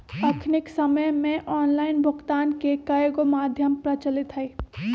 अखनिक समय में ऑनलाइन भुगतान के कयगो माध्यम प्रचलित हइ